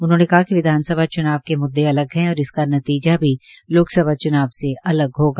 उन्होंने कहा कि विधानसभा चुनाव के मुद्दे अलग हैं और इसका नतीजा भी लोकसभा चुनाव से अलग होगा